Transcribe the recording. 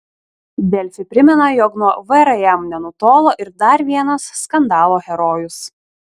delfi primena jog nuo vrm nenutolo ir dar vienas skandalo herojus